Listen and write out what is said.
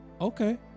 okay